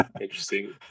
Interesting